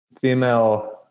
female